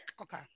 Okay